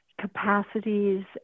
capacities